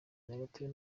nyagatare